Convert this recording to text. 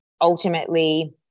ultimately